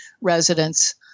residents